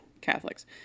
Catholics